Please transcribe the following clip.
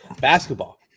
Basketball